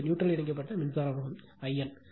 இது நியூட்ரல் இணைக்கப்பட்ட மின்சாரமாகும் I n